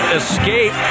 escape